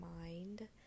mind